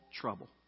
trouble